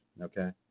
Okay